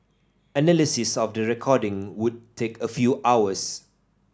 analysis of the recordings would take a few hours